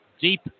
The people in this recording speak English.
deep